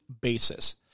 basis